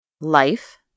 Life